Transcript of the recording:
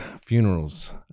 funerals